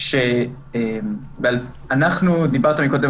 דיברת מקודם